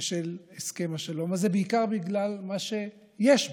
בשל הסכם השלום הזה בעיקר בגלל מה שיש בו,